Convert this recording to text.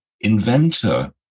inventor